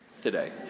today